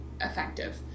effective